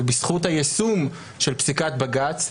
ובזכות היישום של פסיקת בג"ץ,